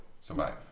survive